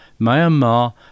Myanmar